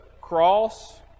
cross